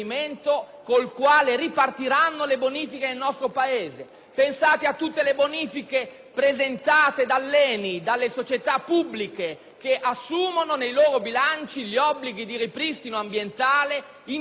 presentate dall'ENI e dalle società pubbliche, che assumono nei loro bilanci gli obblighi di ripristino ambientale, indipendentemente dall'accertamento di una responsabilità giuridica, ma non di una responsabilità morale.